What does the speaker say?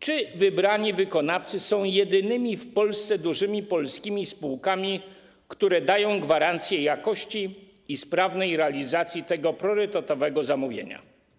czy wybrani wykonawcy są jedynymi w Polsce dużymi polskimi spółkami, które dają gwarancję jakości i sprawnej realizacji tego priorytetowego zamówienia.